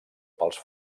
pels